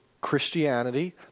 Christianity